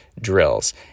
drills